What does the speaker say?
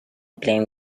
playing